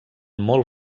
molt